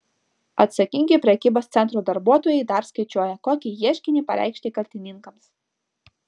atsakingi prekybos centro darbuotojai dar skaičiuoja kokį ieškinį pareikšti kaltininkams